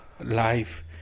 life